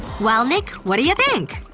well, nick, whaddya think?